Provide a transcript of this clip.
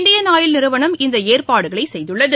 Indian oil நிறுவனம் இந்த ஏற்பாடுகளை செய்துள்ளது